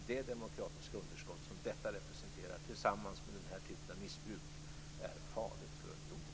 Det demokratiska underskott som detta representerar tillsammans med den här typen av missbruk är farligt för unionen.